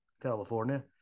California